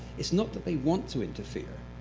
it's not that they want to interfere.